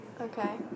Okay